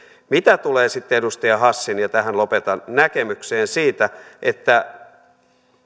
mitä tulee sitten edustaja hassin ja tähän lopetan näkemykseen siitä että